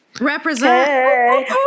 represent